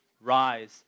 Rise